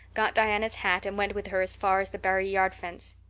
got diana's hat and went with her as far as the barry yard fence.